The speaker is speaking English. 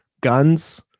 guns